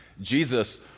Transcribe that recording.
Jesus